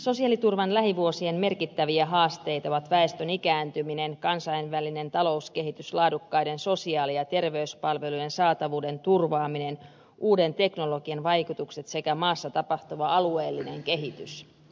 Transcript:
sosiaaliturvan lähivuosien merkittäviä haasteita ovat väestön ikääntyminen kansainvälinen talouskehitys laadukkaiden sosiaali ja terveyspalvelujen saatavuuden turvaaminen uuden teknologian vaikutukset sekä maassa tapahtuva alueellinen kehitys